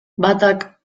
batak